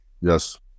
yes